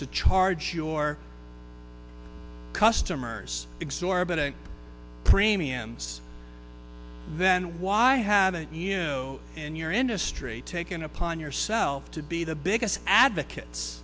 to charge your customers exorbitant premiums then why haven't you and your industry taken upon yourself to be the biggest advocates